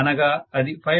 అనగా అది 5